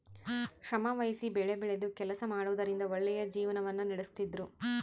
ಶ್ರಮವಹಿಸಿ ಬೆಳೆಬೆಳೆದು ಕೆಲಸ ಮಾಡುವುದರಿಂದ ಒಳ್ಳೆಯ ಜೀವನವನ್ನ ನಡಿಸ್ತಿದ್ರು